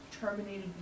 terminated